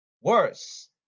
worse